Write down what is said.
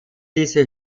diese